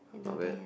not bad